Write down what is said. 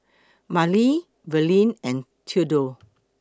Marilee Verlin and Thedore